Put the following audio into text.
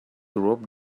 rope